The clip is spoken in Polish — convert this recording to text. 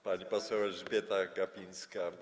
Pani poseł Elżbieta Gapińska.